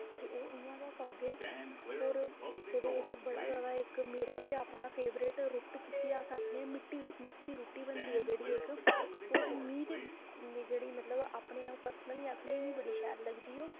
ते ओह् इयां गै करदे और एह्दे बिच बड़ा ज्यादा इक मेरा ते अपना फेवरेट रुट्ट जिसी अस आखने मिट्टी मिट्ठी रुट्टी बनदी ऐ जेह्ड़ी इक मि ते मि जेह्ड़ी मतलब अपनी अऊं पर्सनली आखनी मि बड़ी शैल लगदी ओह्